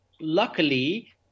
luckily